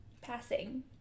passing